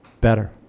better